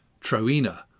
Troina